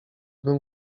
bym